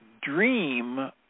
dream